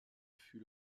fut